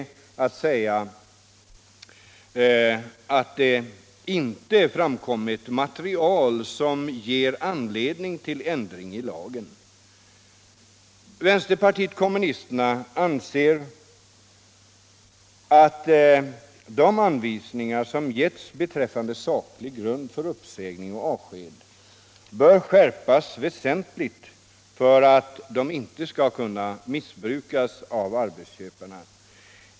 att det ”inte framkommit material som ger anledning till ändring ilagen”. - Nr 24 Vänsterpartiet kommunisterna anser att de anvisningar som getts be Onsdagen den träffande saklig grund för uppsägning och avsked bör skärpas väsentligt 10 november 1976 för att de inte skall kunna missbrukas av arbetsköparna.